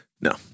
No